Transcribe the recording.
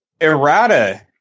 errata